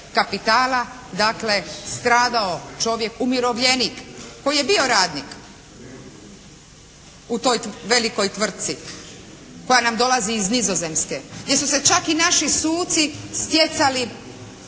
kapitala dakle stradao čovjek umirovljenik koji je bio radnik u toj velikoj tvrtci koja nam dolazi iz Nizozemske, gdje su se čak i naši suci stjecali